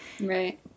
Right